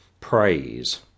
praise